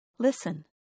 Listen